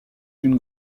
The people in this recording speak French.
d’une